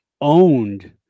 owned